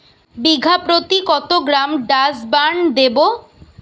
বিঘাপ্রতি কত গ্রাম ডাসবার্ন দেবো?